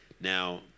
Now